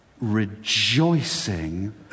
rejoicing